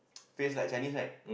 face like Chinese right